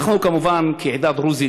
אנחנו, כמובן, בעדה הדרוזית,